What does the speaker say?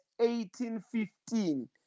18.15